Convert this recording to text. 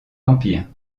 empire